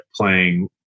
playing